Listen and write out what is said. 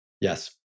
Yes